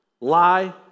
Lie